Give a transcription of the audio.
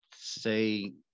say